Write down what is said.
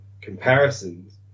comparisons